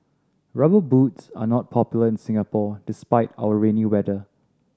Rubber Boots are not popular in Singapore despite our rainy weather